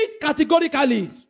categorically